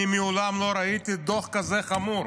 אני מעולם לא ראיתי דוח כזה חמור.